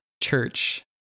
church